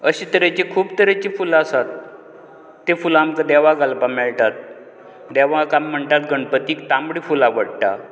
अशें तरेचीं खूब तेरेचीं फुलां आसात तीं फुलां आमकां देवाक घालपाक मेळटा देवाक आमी म्हणटात गणपतीक तांबडें फूल आवडटा